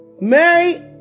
Mary